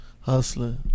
Hustling